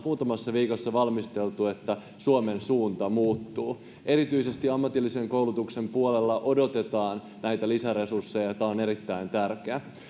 muutamassa viikossa valmisteltu esitys osoittaa että suomen suunta muuttuu erityisesti ammatillisen koulutuksen puolella odotetaan näitä lisäresursseja jotka ovat erittäin tärkeitä